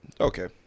okay